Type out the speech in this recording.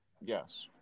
Yes